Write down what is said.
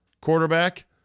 quarterback